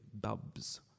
bubs